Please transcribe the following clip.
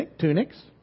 tunics